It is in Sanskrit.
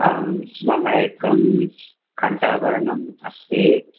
आं मम एकं कण्ठाभरणम् अस्ति